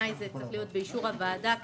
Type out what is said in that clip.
בעיניי זה צריך להיות באישור הוועדה כשכתוב: